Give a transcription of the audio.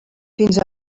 fins